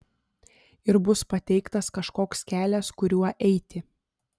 ir bus pateiktas kažkoks kelias kuriuo eiti